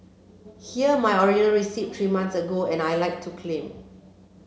here my original receipt three months ago and I'd like to claim